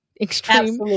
extreme